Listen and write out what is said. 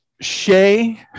Shay